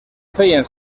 feien